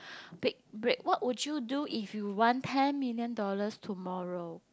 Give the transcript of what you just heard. big break what would you do if you won ten million dollars tomorrow